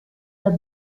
the